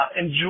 Enjoy